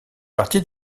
partie